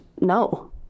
no